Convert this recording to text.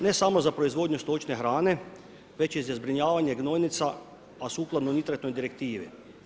Ne samo za proizvodnju stočne hrane, već i za zbrinjavanje gnojnica, a sukladno nitretnoj direktivi.